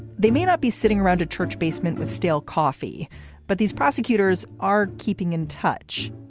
they may not be sitting around a church basement with stale coffee but these prosecutors are keeping in touch,